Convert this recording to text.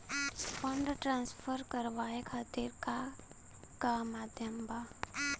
Fund transfer करवाये खातीर का का माध्यम बा?